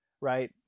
right